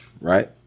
right